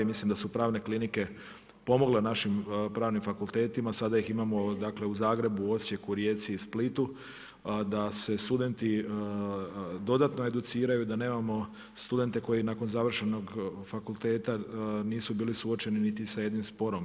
Mislim da su pravne klinike pomogle našim pravnim fakultetima, sada ih imamo u Zagrebu, Osijeku, Rijeci i Splitu da se studenti dodatno educiraju, da nemamo studente koji nakon završenog fakulteta nisu bili suočeni niti sa jednim sporom.